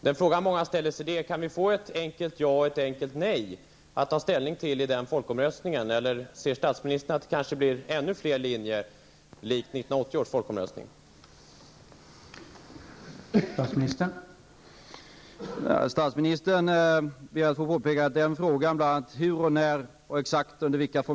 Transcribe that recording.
Den fråga många ställer sig är: Kan vi få frågor som kan besvaras med ett enkelt ja eller nej i den folkomröstningen, eller ser statsministern att det kan bli ännu fler linjer, i likhet med folkomröstningen 1980?